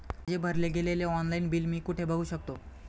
माझे भरले गेलेले ऑनलाईन बिल मी कुठे बघू शकतो?